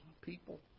people